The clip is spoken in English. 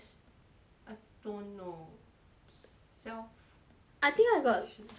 I don't know 小 section wait I think I saw I got something chaotic